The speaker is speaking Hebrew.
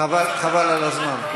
בית-חולים, חבל על הזמן.